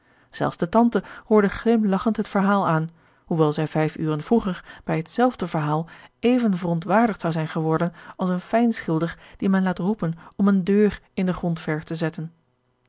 zelfs de tante hoorde glimlachend het verhaal aan hoewel zij vijf uren vroeger bij hetzelfde verhaal even verontwaardigd zou zijn geworden als een fijnschilder dien men laat roepen om eene deur in de grondverf te zetten